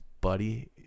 buddy